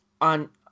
on